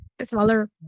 smaller